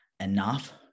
enough